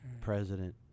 President